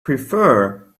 prefer